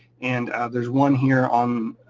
and there's one here on,